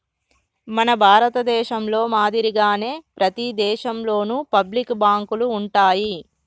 మన దేశంలో మాదిరిగానే ప్రతి దేశంలోను పబ్లిక్ బాంకులు ఉంటాయి